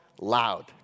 loud